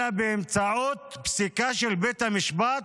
אלא באמצעות פסיקה של בית המשפט.